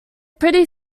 pretty